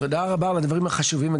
תודה רבה על הדברים החשובים.